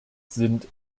sind